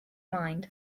mind